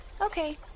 Okay